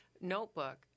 notebook